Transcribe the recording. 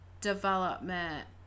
development